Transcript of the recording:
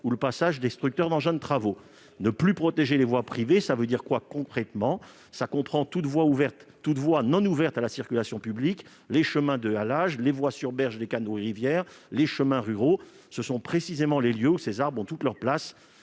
ou le passage destructeur d'engins de travaux. Ne plus protéger les voies privées revient concrètement à ne plus protéger toute voie non ouverte à la circulation publique : chemins de halage, voies sur berges des canaux et rivières, chemins ruraux ... Autant de lieux où ces arbres ont toute leur place